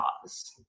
cause